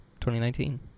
2019